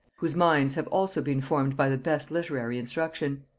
whose minds have also been formed by the best literary instruction.